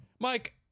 Mike